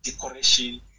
decoration